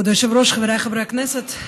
כבוד היושב-ראש, חבריי חברי הכנסת,